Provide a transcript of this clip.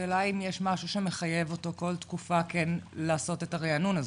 השאלה אם יש משהו שמחייב אותו כל תקופה כן לעשות את הבדיקה הזאת.